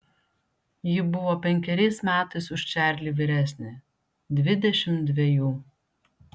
ji buvo penkeriais metais už čarlį vyresnė dvidešimt dvejų